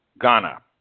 Ghana